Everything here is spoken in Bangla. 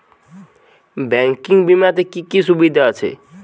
ব্যাঙ্কিং বিমাতে কি কি সুবিধা আছে?